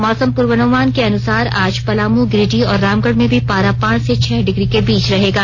मौसम पूर्वानुमान के अनुसार आज पलामू गिरिडीह और रामगढ़ में भी पारा पांच से छह डिग्री के बीच रहेगा